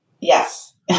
yes